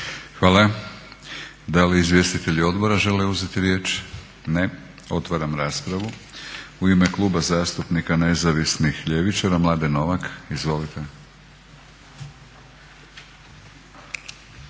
Hvala. Da li izvjestitelji Odbora žele uzeti riječ? Ne. Otvaram raspravu. U ime Kluba zastupnika nezavisnih ljevičara Mladen Novak. Izvolite.